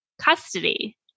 custody